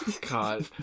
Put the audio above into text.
God